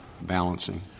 balancing